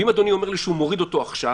ואם אדוני אומר לי שהוא מוריד אותו עכשיו,